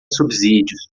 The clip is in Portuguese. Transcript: subsídios